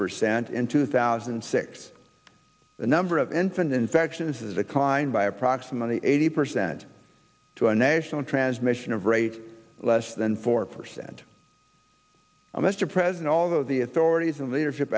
percent in two thousand and six the number of infant infections is a kind by approximately eighty percent to a national transmission of rate less than four percent of mr president although the authorities in leadership